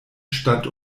stand